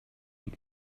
die